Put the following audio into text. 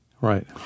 Right